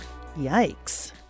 Yikes